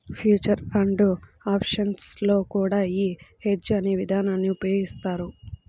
future and options లో కూడా యీ హెడ్జ్ అనే ఇదానాన్ని ఉపయోగిత్తారు